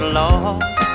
lost